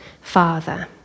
father